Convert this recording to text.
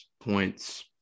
points